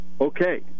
okay